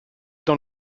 dans